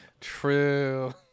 true